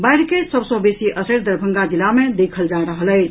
बाढ़ि के सभ सॅ बेसी असरि दरभंगा जिला मे देखल जा रहल अछि